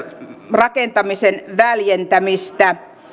rakentamisen väljentämistä